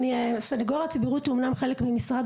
הסנגוריה הציבורית היא אמנם חלק ממשרד